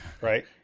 right